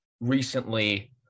recently